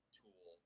tool